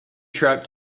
truck